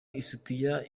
isutiye